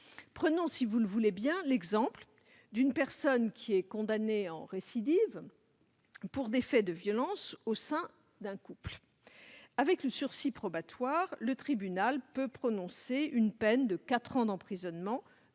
que celui que je soutiens. Prenons l'exemple d'une personne condamnée en récidive pour des faits de violences au sein d'un couple. Avec le sursis probatoire, le tribunal peut prononcer une peine de quatre ans d'emprisonnement,